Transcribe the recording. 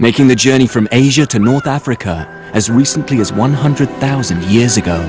making the journey from asia to north africa as recently as one hundred thousand years ago